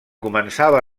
començava